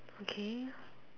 okay